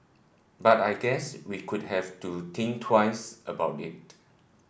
but I guess we could have to think twice about it